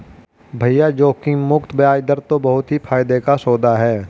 भैया जोखिम मुक्त बयाज दर तो बहुत ही फायदे का सौदा है